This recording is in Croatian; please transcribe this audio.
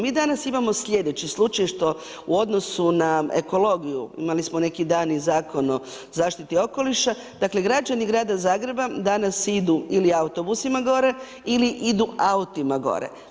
Mi danas imamo sljedeći slučaj što u odnosu na ekologiju, imali smo neki dan i Zakon o zaštiti okoliša, dakle građani grada Zagreba danas idu ili autobusima gore ili idu autima gore.